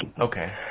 Okay